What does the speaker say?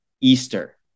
easter